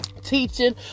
teaching